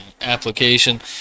application